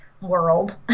world